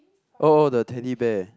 oh the Teddy Bear